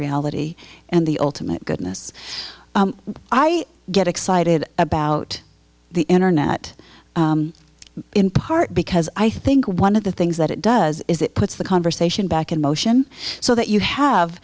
reality and the ultimate goodness i get excited about the internet in part because i think one of the things that it does is it puts the conversation back in motion so that you